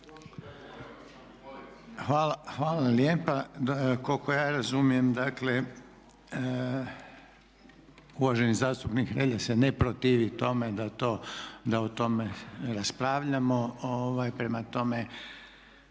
Hvala lijepa. Koliko ja razumijem, dakle uvaženi zastupnik Hrelja se ne protivi tome da o tome raspravljamo.